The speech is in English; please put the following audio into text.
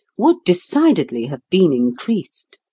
would decidedly have been increased.